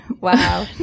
Wow